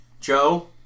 Joe